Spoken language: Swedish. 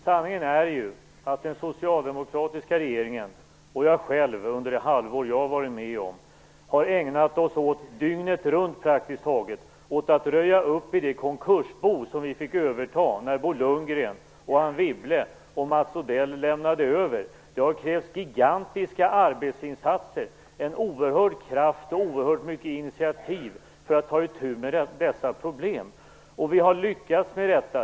Sanningen är att man i den socialdemokratiska regeringen och jag själv under det halvår jag har varit med praktiskt taget dygnet runt har ägnat oss åt att röja upp i det konkursbo vi fick överta när Bo Lundgren, Anne Wibble och Mats Odell lämnade över. Det har krävts gigantiska arbetsinsatser, en oerhörd kraft och oerhört många initiativ för att ta itu med dessa problem. Vi har lyckats med detta.